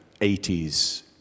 80s